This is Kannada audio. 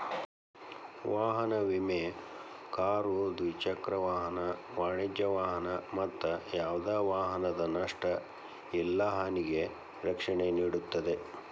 ವಾಹನ ವಿಮೆ ಕಾರು ದ್ವಿಚಕ್ರ ವಾಹನ ವಾಣಿಜ್ಯ ವಾಹನ ಮತ್ತ ಯಾವ್ದ ವಾಹನದ ನಷ್ಟ ಇಲ್ಲಾ ಹಾನಿಗೆ ರಕ್ಷಣೆ ನೇಡುತ್ತದೆ